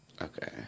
okay